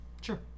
Sure